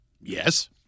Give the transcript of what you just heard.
yes